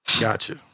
Gotcha